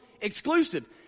exclusive